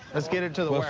let's get her to the